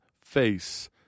face